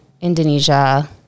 Indonesia